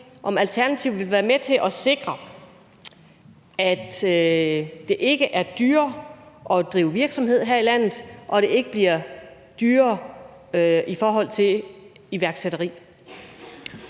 om Alternativet vil være med til at sikre, at det ikke bliver dyrere at drive virksomhed her i landet, og at det ikke bliver dyrere i forhold til iværksætteri.